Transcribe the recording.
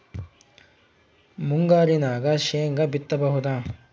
ಮುಂಗಾರಿನಾಗ ಶೇಂಗಾ ಬಿತ್ತಬಹುದಾ?